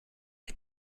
way